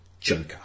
Joker